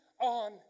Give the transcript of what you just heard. on